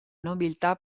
nobiltà